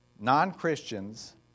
non-Christians